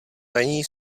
ranní